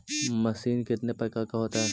Machine कितने प्रकार का होता है?